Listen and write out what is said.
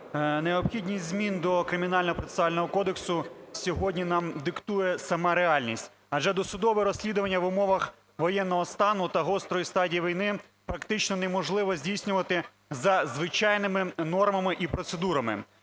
необхідність змін до Кримінального процесуального кодексу сьогодні нам диктує сама реальність, адже досудове розслідування в умовах воєнного стану та гострої стадії війни практично неможливо здійснювати за звичайними нормами і процедурами,